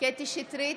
קטי קטרין שטרית,